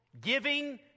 Giving